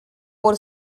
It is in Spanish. por